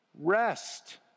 rest